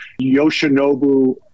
Yoshinobu